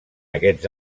aquests